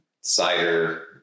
cider